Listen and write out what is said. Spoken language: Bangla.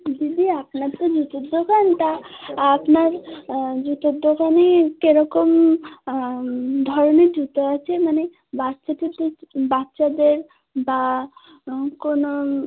দিদি আপনার তো জুতোর দোকান তা আপনার জুতোর দোকানে কেরকম ধরনের জুতো আচে মানে বাচ্চাদের দেকি বাচ্চাদের বা কোনো